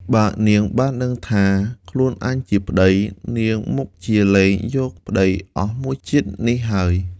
បើនាងបានដឹងថា ខ្លួនអញជាប្ដី នាងមុខជាលែងយកប្ដីអស់មួយជាតិនេះហើយ។